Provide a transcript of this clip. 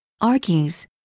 argues